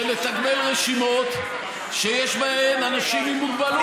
שנתגמל רשימות שיש בהן אנשים עם מוגבלות,